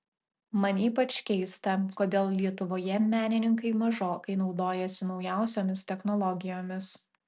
man ypač keista kodėl lietuvoje menininkai mažokai naudojasi naujausiomis technologijomis